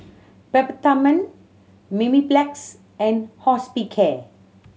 Peptamen Mepilex and Hospicare